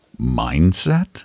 mindset